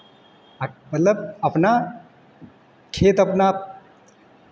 मतलब अपना खेत अपना